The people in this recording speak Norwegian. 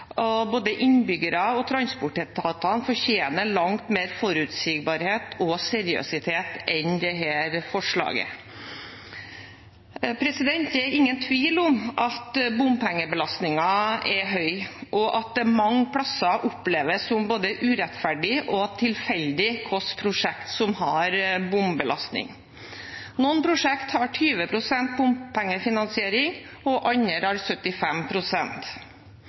og at både innbyggere og transportetatene fortjener langt mer forutsigbarhet og seriøsitet enn dette forslaget. Det er ingen tvil om at bompengebelastningen er høy, og at det mange steder oppleves som både urettferdig og tilfeldig hvilke prosjekter som har bombelastning. Noen prosjekter har 20 pst. bompengefinansiering, og andre